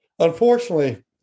Unfortunately